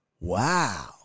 Wow